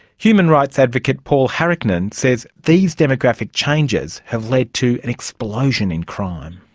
human rights advocate paul harricknen says these demographic changes have led to an explosion in crime.